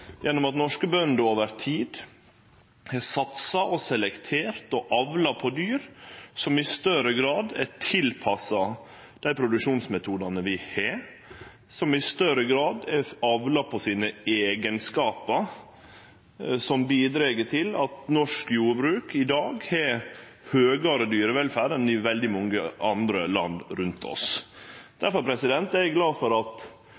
gjennom at norske bønder over tid har satsa, selektert og avla på dyr som i større grad er tilpassa dei produksjonsmetodane vi har, og som i større grad er avla på sine eigenskapar, som bidreg til at norsk jordbruk i dag har høgare dyrevelferd enn i veldig mange andre land rundt oss. Difor er eg glad for at